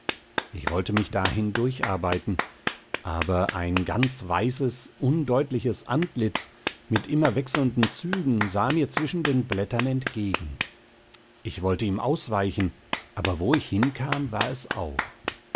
ich wollte mich dahin durcharbeiten aber ein ganz weißes undeutliches antlitz mit immer wechselnden zügen sah mir zwischen den blättern entgegen ich wollte ihm ausweichen aber wo ich hinkam war es auch